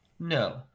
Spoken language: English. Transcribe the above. No